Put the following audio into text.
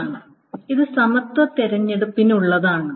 ആണ് ഇത് സമത്വ തിരഞ്ഞെടുപ്പിനുള്ളതാണ്